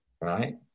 right